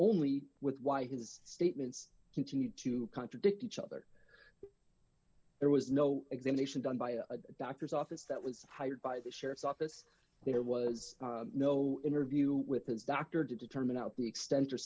only with why his statements continued to contradict each other there was no examination done by a doctor's office that was hired by the sheriff's office there was no interview with his doctor to determine out the extent or